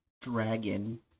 dragon